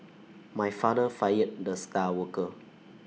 my father fired the star worker